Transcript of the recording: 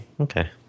okay